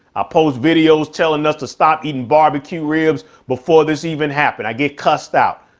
ah post videos telling us to stop eating barbecue ribs before this even happened. i get cussed out.